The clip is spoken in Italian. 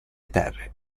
terre